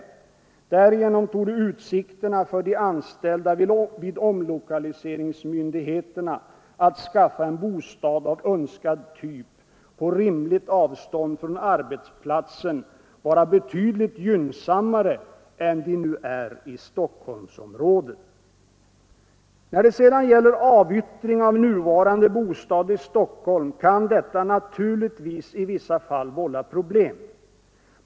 Därigenom torde utsikterna för de anställda vid omlokaliseringsmyndigheterna att skaffa en bostad av önskad typ på rimligt avstånd från arbetsplatsen vara betydligt gynnsammare än de nu är i Stockholmsområdet. När det sedan gäller avyttring av nuvarande bostad i Stockholm kan detta naturligtvis i vissa fall vålla problem.